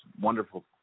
wonderful